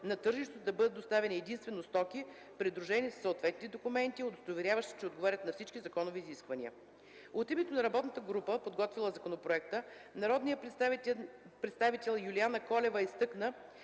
на тържището да бъдат доставяни единствено стоки, придружени със съответните документи, удостоверяващи, че отговарят на всички законови изисквания. От името на работната група, подготвила законопроекта, народният представител Юлиана Колева изтъкна,